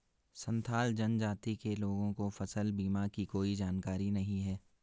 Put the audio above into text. संथाल जनजाति के लोगों को फसल बीमा की कोई जानकारी नहीं है